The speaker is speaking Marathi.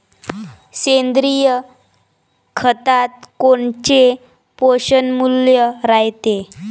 सेंद्रिय खतात कोनचे पोषनमूल्य रायते?